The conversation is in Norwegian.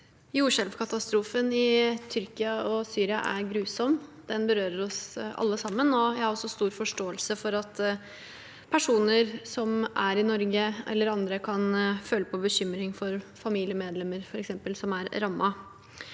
Jordskjelvkatas- trofen i Tyrkia og Syria er grusom. Den berører oss alle sammen. Jeg har også stor forståelse for at personer som er i Norge, kan føle på bekymring for familiemedlemmer som er rammet.